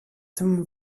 dem